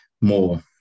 more